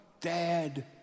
Dad